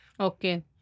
Okay